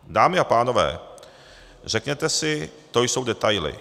Dámy a pánové, řeknete si, to jsou detaily.